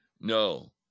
No